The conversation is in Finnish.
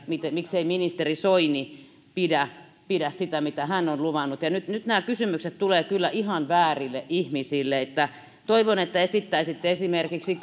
miksei ministeri soini pidä pidä sitä mitä hän on luvannut nyt nyt nämä kysymykset tulevat kyllä ihan väärille ihmisille toivon että esittäisitte esimerkiksi